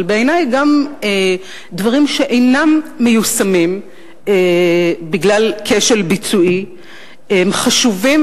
אבל בעיני גם דברים שאינם מיושמים בגלל כשל ביצועי הם חשובים,